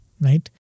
right